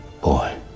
boy